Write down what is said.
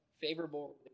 favorable